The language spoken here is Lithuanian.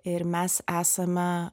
ir mes esame